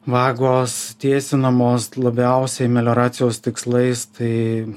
vagos tiesinamos labiausiai melioracijos tikslais tai